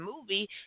movie